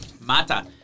Mata